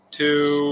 two